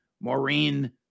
Maureen